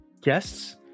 Guests